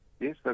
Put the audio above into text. Yes